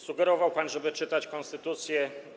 Sugerował pan, żeby czytać konstytucję.